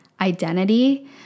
identity